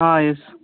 yes